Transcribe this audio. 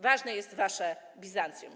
Ważne jest wasze Bizancjum.